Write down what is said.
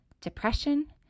depression